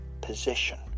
position